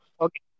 Okay